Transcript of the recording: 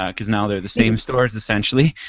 ah because now they're the same stores essentially,